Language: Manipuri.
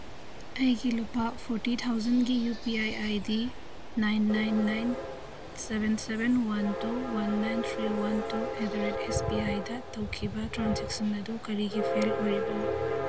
ꯑꯩꯒꯤ ꯂꯨꯄꯥ ꯐꯣꯔꯇꯤ ꯊꯥꯎꯖꯟꯒꯤ U P I I D nine nine nine seven seven one two one nine three one two eight at the ꯑꯦꯁ ꯕꯤ ꯑꯥꯏꯗ ꯇꯧꯈꯤꯕ ꯇ꯭ꯔꯥꯟꯖꯦꯛꯁꯟ ꯑꯗꯨ ꯀꯔꯤꯒꯤ ꯐꯦꯜ ꯑꯣꯏꯔꯤꯕꯅꯣ